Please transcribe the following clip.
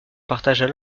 partagent